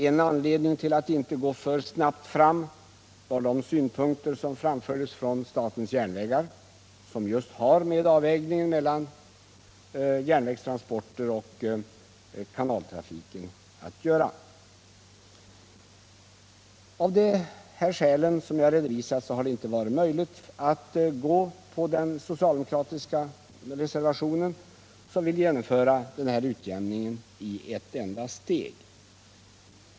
En anledning till att inte gå för snabbt fram var de synpunkter som framfördes från statens järnvägar och som just har med avvägning mellan järnvägstransporter och kanaltransporter att göra. Av de skäl jag har redovisat är det inte möjligt att bifalla den socialdemokratiska reservationen, som innebär att man vill genomföra den här utjämningen i ett enda steg.